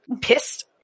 pissed